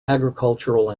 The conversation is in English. agricultural